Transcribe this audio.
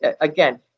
again